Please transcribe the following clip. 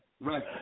Right